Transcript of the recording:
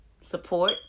Support